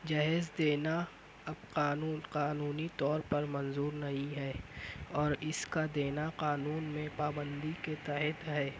جہیز دینا اب قانون قانونی طور پر منظور نہیں ہے اور اس کا دینا قانون میں پابندی کے تحت ہے